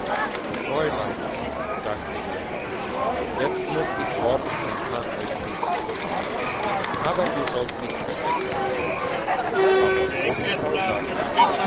fraulein sagte er jetzt muss ich fort und kann euch nicht bezahlen aber ihr sollt nicht vergessen sein aber die obstfrau sagte